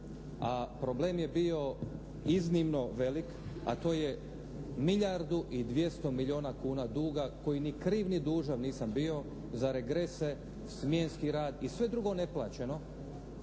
a problem je bio iznimno velik a to je milijardu i 200 milijuna kuna duga koji ni kriv ni dužan nisam bio za regrese, smjenski rad i sve drugo neplaćeno